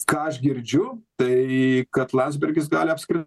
ką aš girdžiu tai kad landsbergis gali apskritai